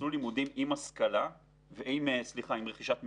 עם רכישת מקצוע,